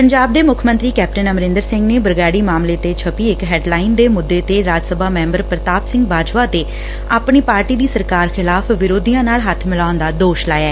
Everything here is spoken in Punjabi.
ਪੰਜਾਬ ਦੇ ਮੁੱਖ ਮੰਤਰੀ ਕੈਪਟਨ ਅਮਰਿੰਦਰ ਸਿੰਘ ਨੇ ਬਰਗਾਤੀ ਮਾਮਲੇ ਤੇ ਛਪੀ ਇਕ ਹੈਡਲਾਈਨ ਦੇ ਮੁੱਦੇ ਤੇ ਰਾਜ ਸਭਾ ਮੈਂਬਰ ਪ੍ਰਤਾਪ ਸਿੰਘ ਬਾਜਵਾ ਤੇ ਆਪਣੀ ਪਾਰਟੀ ਦੀ ਸਰਕਾਰ ਖਿਲਾਫ਼ ਵਿਰੋਧੀਆਂ ਨਾਲ ਹੱਥ ਮਿਲਾਉਣ ਦਾ ਦੋਸ਼ ਲਾਇਆ